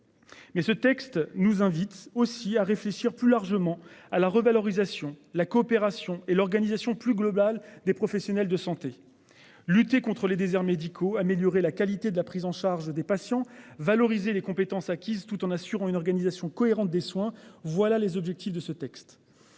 Mais ce texte nous invite aussi à réfléchir plus largement à la revalorisation la coopération et l'organisation plus globale des professionnels de santé. Lutter contre les déserts médicaux, améliorer la qualité de la prise en charge des patients. Valoriser les compétences acquises tout en assurant une organisation cohérente des soins. Voilà les objectifs de ce texte.